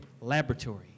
laboratory